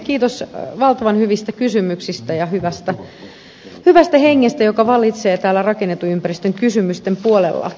kiitos valtavan hyvistä kysymyksistä ja hyvästä hengestä joka vallitsee täällä rakennetun ympäristön kysymysten puolella